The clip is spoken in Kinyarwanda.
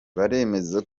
baremeza